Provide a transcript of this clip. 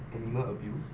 animal abuse